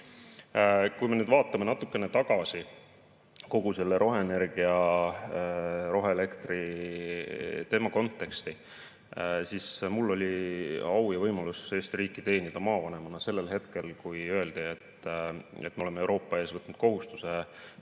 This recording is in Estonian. me nüüd vaatame natukene tagasi kogu selle roheenergia, roheelektri teema kontekstis, siis mul oli au ja võimalus Eesti riiki teenida maavanemana sellel hetkel, kui öeldi, et me oleme Euroopa ees võtnud kohustuse planeerida